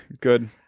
good